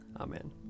Amen